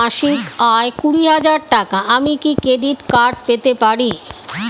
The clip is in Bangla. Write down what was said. আমার মাসিক আয় কুড়ি হাজার টাকা আমি কি ক্রেডিট কার্ড পেতে পারি?